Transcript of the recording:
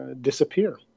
disappear